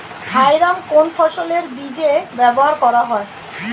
Thiram কোন ফসলের বীজে ব্যবহার করা হয়?